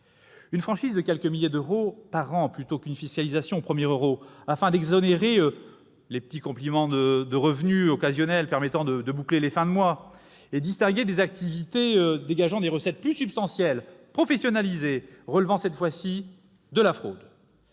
Une franchise de quelques milliers d'euros par an semble préférable à une fiscalisation au premier euro, afin d'exonérer les petits compléments de revenus occasionnels permettant de « boucler des fins de mois », à distinguer d'activités dégageant des recettes plus substantielles et professionnalisées, relevant de la fraude.